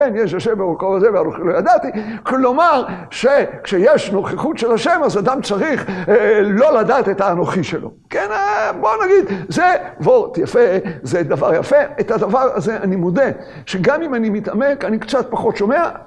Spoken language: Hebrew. כן, יש ה' במקום הזה ואנוכי לא ידעתי. כלומר, שכשיש נוכחות של ה' אז אדם צריך לא לדעת את האנוכי שלו. כן, בוא נגיד, זה, ווארט יפה, זה דבר יפה. את הדבר הזה אני מודה, שגם אם אני מתעמק, אני קצת פחות שומע.